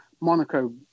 Monaco